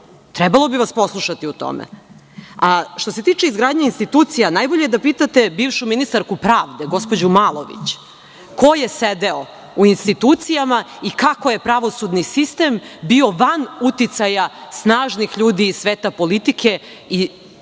trebali poslušati u tome. Što se tiče izgradnje institucija, najbolje je da pitate bivšu ministarku pravde, gospođu Malović, ko je sedeo u institucijama i kako je pravosudni sistem bio van uticaja snažnih ljudi iz sveta politike i naravno,